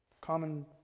common